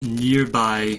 nearby